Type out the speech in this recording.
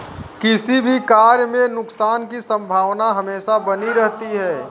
किसी भी कार्य में नुकसान की संभावना हमेशा बनी रहती है